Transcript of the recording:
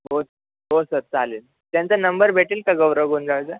हो हो सर चालेल त्यांचा नंबर भेटेल का गौरव गुंजाळचा